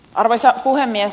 arvoisa puhemies